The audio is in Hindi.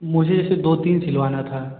मुझे तो दो तीन सिलवाना था